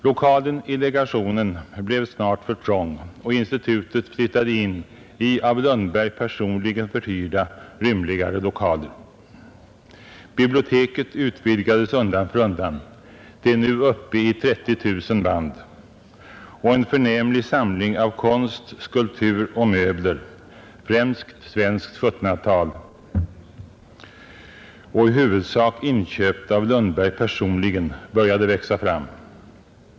Lokalen i legationen blev snart för trång, och institutet flyttade in i av Lundberg personligen förhyrda rymligare lokaler. Biblioteket utvidgades undan för undan — det är nu uppe i 30 000 band — och en förnämlig samling av konst, skulptur och möbler, främst svenskt 1700-tal och i huvudsak inköpt av Lundberg personligen, började växa fram.